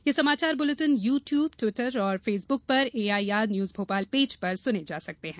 ये समाचार bulletin YouTube Twitter और फेसबुक पर एआईआर न्यूज भोपाल पेज पर सुने जा सकते हैं